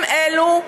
הם אלו,